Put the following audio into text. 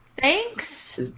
thanks